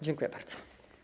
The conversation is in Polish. Dziękuję bardzo.